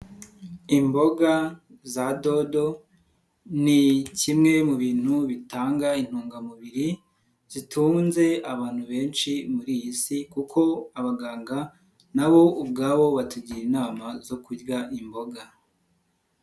Imboga za dodo ni kimwe mu bintu bitanga intungamubiri zitunze abantu benshi muri iyi si kuko abaganga na bo ubwabo batugira inama zo kurya imboga.